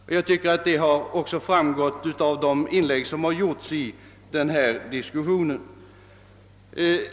Det tycker jag också har framgått av inläggen i denna debatt.